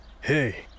Hey